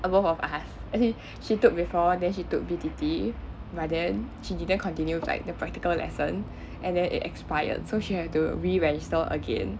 both of us as in she took before then she took B_T_T but then she didn't continue like the practical lesson and then it expired so she had to re-register again